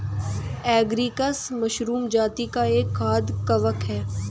agaricus mushroom जाती का एक खाद्य कवक है